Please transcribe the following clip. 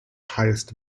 highest